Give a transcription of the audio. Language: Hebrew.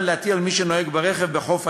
להטיל על מי שנוהג ברכב בחוף הים.